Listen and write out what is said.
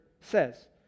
says